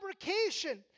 fabrication